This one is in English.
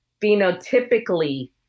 phenotypically